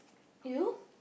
you